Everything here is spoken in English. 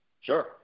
Sure